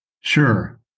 Sure